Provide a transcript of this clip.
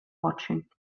watching